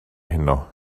heno